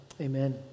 amen